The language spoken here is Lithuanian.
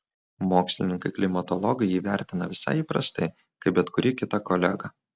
mokslininkai klimatologai jį vertina visai įprastai kaip bet kurį kitą kolegą